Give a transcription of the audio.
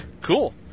Cool